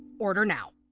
order now.